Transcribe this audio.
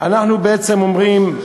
אנחנו בעצם אומרים,